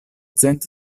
cent